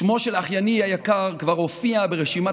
שמו של אחייני היקר כבר הופיע ברשימת